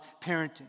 parenting